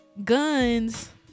guns